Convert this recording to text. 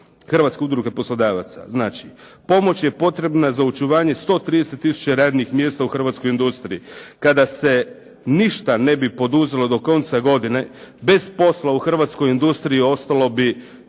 Hrvatska udruga poslodavaca, znači pomoć je potrebna za očuvanje 130 tisuća radnih mjesta u hrvatskoj industriji. Kada se ništa ne bi poduzelo do konca godine bez posla u hrvatskoj industriji ostalo bi